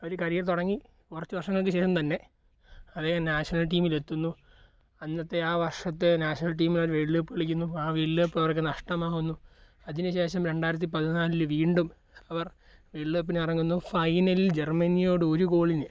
അവർ കരിയർ തുടങ്ങി കുറച്ചു വർഷങ്ങൾക്കു ശേഷം തന്നെ അതേ നാഷണൽ ടീമിലെത്തുന്നു അന്നത്തെ ആ വർഷത്തെ നാഷണൽ ടീമിലവർ വേൾഡ് കപ്പ് കളിക്കുന്നു ആ വേൾഡ് കപ്പ് അവർക്കു നഷ്ടമാകുന്നു അതിനു ശേഷം രണ്ടായിരത്തി പതിനാലില് വീണ്ടും അവർ വേൾഡ് കപ്പിനിറങ്ങുന്നു ഫൈനലിൽ ജർമ്മനിയോട് ഒരു ഗോളിന്